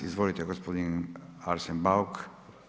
Izvolite gospodin Arsen Bauk.